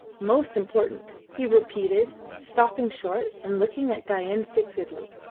most important, he repeated, stopping short and looking at dain fixedly.